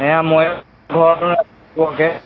এয়া মই ঘৰতে বৰকৈ